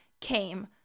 came